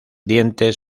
dientes